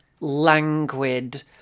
languid